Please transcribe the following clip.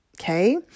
Okay